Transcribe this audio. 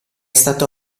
stato